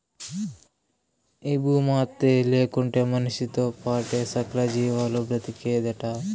ఈ భూమాతే లేకుంటే మనిసితో పాటే సకల జీవాలు బ్రతికేదెట్టా